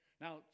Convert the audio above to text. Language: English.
Now